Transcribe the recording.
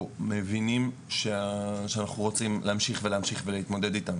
מבינים שאנחנו רוצים להמשיך להתמודד איתן.